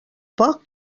poc